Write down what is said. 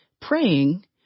praying